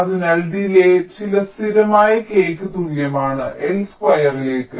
അതിനാൽ ഡിലേയ്ചില സ്ഥിരമായ Kക്ക് തുല്യമാണ് L സ്ക്വയറിലേക്ക്